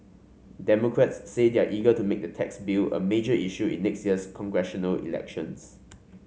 democrats say they're eager to make the tax bill a major issue in next year's congressional elections